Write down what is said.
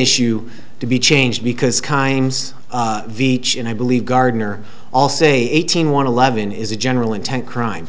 issue to be changed because kinds veach and i believe gardner all say eighteen want to levin is a general intent crime